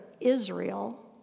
Israel